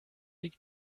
liegt